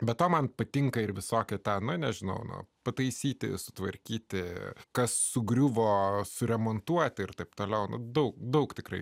be to man patinka ir visokie tą na nežinau nuo pataisyti sutvarkyti kas sugriuvo suremontuoti ir taip toliau nu daug daug tikrai